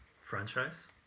Franchise